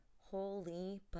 Holy